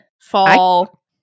fall